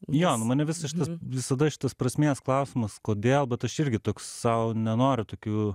jo nu mane visas šitas visada šitas prasmės klausimas kodėl bet aš irgi toks sau nenoriu tokiu